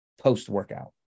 post-workout